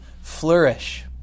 flourish